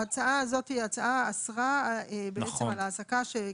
ההצעה הזאת אסרה על העסקה,